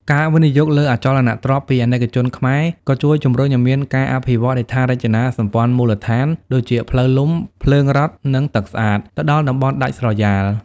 ការវិនិយោគលើអចលនទ្រព្យពីអាណិកជនខ្មែរ ក៏ជួយជំរុញឱ្យមាន "ការអភិវឌ្ឍហេដ្ឋារចនាសម្ព័ន្ធមូលដ្ឋាន" ដូចជាផ្លូវលំ ភ្លើងរដ្ឋ និងទឹកស្អាត ទៅដល់តំបន់ដាច់ស្រយាល។